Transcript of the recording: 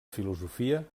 filosofia